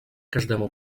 każdemu